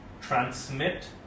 transmit